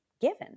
given